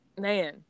man